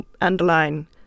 underline